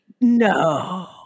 no